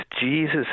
Jesus